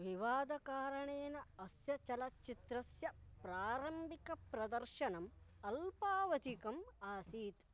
विवादकारणेन अस्य चलच्चित्रस्य प्रारम्भिकप्रदर्शनम् अल्पावधिकम् आसीत्